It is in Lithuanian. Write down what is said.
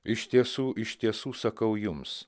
iš tiesų iš tiesų sakau jums